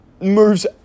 moves